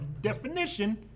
definition